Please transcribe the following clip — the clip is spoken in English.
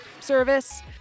service